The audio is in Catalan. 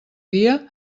dia